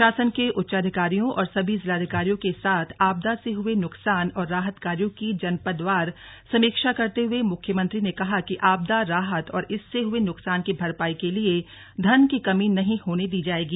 शासन के उच्चाधिकारियों और सभी जिलाधिकारियों के साथ आपदा से हुए नुकसान और राहत कार्यो की जनपदवार समीक्षा करते हुए मुख्यमंत्री ने कहा कि आपदा राहत और इससे हुए नुकसान की भरपाई के लिये धन की कमी नहीं होने दी जायेगी